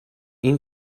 این